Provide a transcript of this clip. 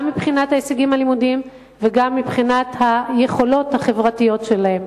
גם מבחינת ההישגים הלימודיים וגם מבחינת היכולות החברתיות שלהם.